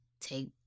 take